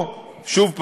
שוב,